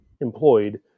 employed